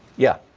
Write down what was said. yeah.